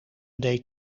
deed